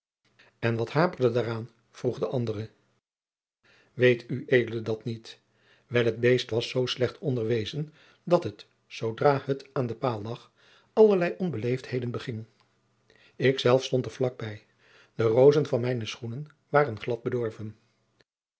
en wat haperde daaraan vroeg de andere weet ued dat niet wel het beest was zoo slecht onderwezen dat het zoodra het aan den paal lag allerlei onbeleefdheden beging ik zelf stond er vlak bij de roozen van mijne schoenen waren glad bedorven